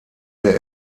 der